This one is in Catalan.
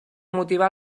motivar